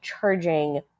charging